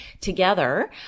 together